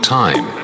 time